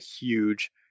huge